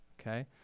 okay